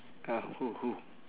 uh who who